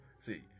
See